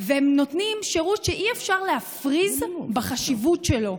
והם נותנים שירות שאי-אפשר להפריז בחשיבות שלו.